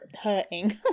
hurting